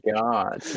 God